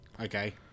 Okay